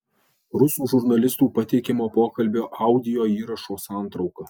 rusų žurnalistų pateikiamo pokalbio audio įrašo santrauka